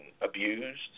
abused